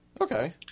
Okay